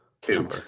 Two